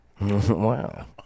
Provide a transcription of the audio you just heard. Wow